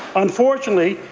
unfortunately,